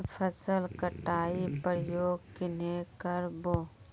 फसल कटाई प्रयोग कन्हे कर बो?